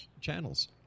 channels